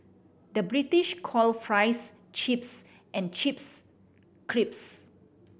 the British call fries chips and chips crisps